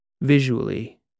Visually